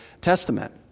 Testament